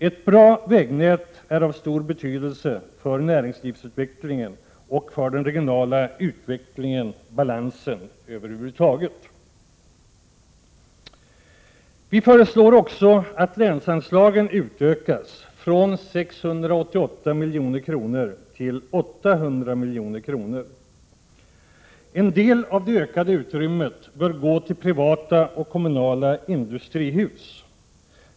Ett bra vägnät har stor betydelse för näringslivsutvecklingen och för den regionala utvecklingen och balansen över huvud taget. Centern föreslår för det sjunde att länsanslagen utökas från 688 milj.kr. till 800 milj.kr. En del av det ökade utrymmet bör gå till privata och kommunala industrihus.